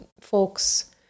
folks